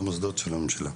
במוסדות של הממשלה.